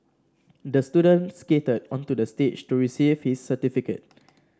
the student skated onto the stage to receive his certificate